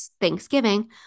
Thanksgiving